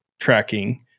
tracking